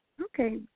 Okay